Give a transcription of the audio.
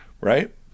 Right